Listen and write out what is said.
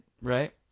Right